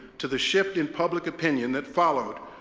to the shift in public opinion that followed,